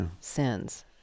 sins